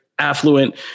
Affluent